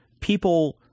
people